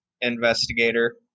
investigator